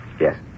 Yes